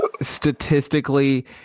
statistically